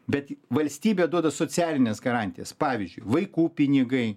bet valstybė duoda socialines garantijas pavyzdžiui vaikų pinigai